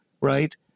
Right